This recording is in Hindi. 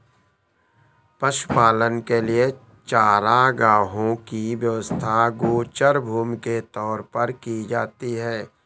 पशुपालन के लिए चारागाहों की व्यवस्था गोचर भूमि के तौर पर की जाती है